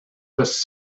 was